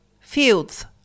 fields